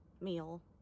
meal